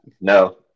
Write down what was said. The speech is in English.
No